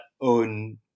own